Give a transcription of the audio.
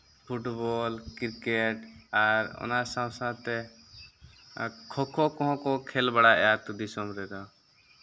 football cricket ᱟᱨ ᱚᱱᱟ ᱥᱟᱶ ᱥᱟᱶᱛᱮ ᱠᱷᱳ ᱠᱷᱳ ᱠᱚᱦᱚᱸ ᱠᱚ ᱠᱷᱮᱞ ᱵᱟᱲᱟᱭᱮᱫᱼᱟ ᱟᱛᱳ ᱫᱤᱥᱚᱢ ᱨᱮᱫᱚ